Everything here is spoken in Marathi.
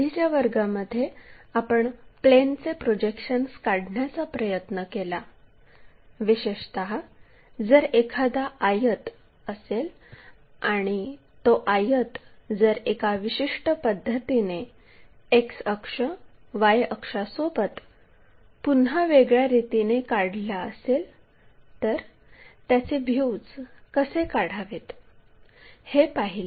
आधीच्या वर्गामध्ये आपण प्लेनचे प्रोजेक्शन्स काढण्याचा प्रयत्न केला विशेषत जर एखादा आयत असेल आणि तो आयत जर एका विशिष्ट पद्धतीने X अक्ष Y अक्षासोबत पुन्हा वेगळ्या रीतीने काढला असेल तर त्याचे व्ह्यूज कसे काढावेत हे पाहिले